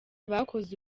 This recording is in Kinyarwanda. bakoze